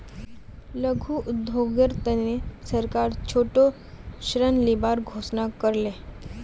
लघु उद्योगेर तने सरकार छोटो ऋण दिबार घोषणा कर ले